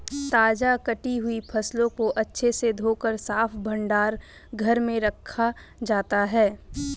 ताजा कटी हुई फसलों को अच्छे से धोकर साफ भंडार घर में रखा जाता है